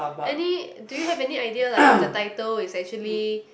any do you have any idea like if the title is actually